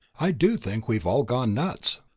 i do think we have all gone nuts.